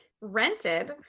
rented